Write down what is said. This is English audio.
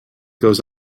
goes